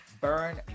burn